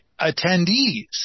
attendees